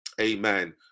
Amen